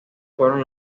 fueron